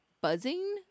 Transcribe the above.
buzzing